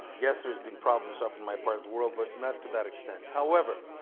yes, there's been problems up in my part of the world but not to that extent. however,